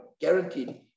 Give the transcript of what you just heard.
Guaranteed